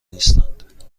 نیستند